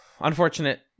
unfortunate